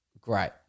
great